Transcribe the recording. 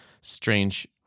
strange